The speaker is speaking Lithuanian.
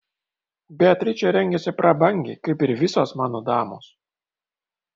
beatričė rengiasi prabangiai kaip ir visos mano damos